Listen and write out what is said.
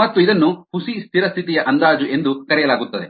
ಮತ್ತು ಇದನ್ನು ಹುಸಿ ಸ್ಥಿರ ಸ್ಥಿತಿಯ ಅಂದಾಜು ಎಂದು ಕರೆಯಲಾಗುತ್ತದೆ